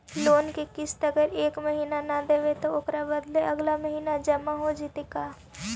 Loan के किस्त अगर एका महिना न देबै त ओकर बदले अगला महिना जमा हो जितै का?